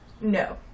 No